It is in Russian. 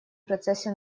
процессе